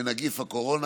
בנגיף הקורונה.